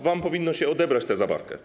Wam powinno się odebrać tę zabawkę.